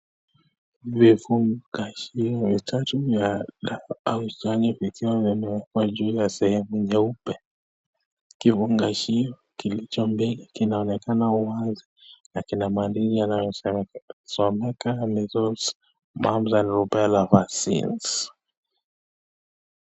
Ni vifungachio tatu vya dawa au chanjo vikiwa vimewekwa juu ya sehemu nyeupe. Kifungachio kilicho mbele kinaonekana wazi na kina maandishi yanayosomeka Measles, mumps, and rubella vaccines .